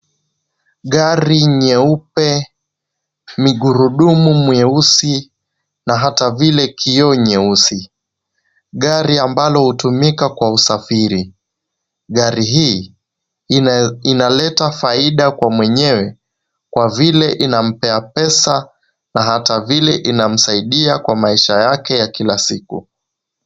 Gari nyeupe, magurudumu meusi na hata vile vioo vyeusi, gari ambalo hutumika kwa usafiri, gari hii inaleta faida kwa mwenye kwa vile inampea pesa na hata vile inamsaidia kwa maisha yake ya kila siku.